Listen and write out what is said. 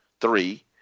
Three